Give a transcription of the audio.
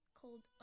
called